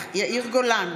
מאי גולן,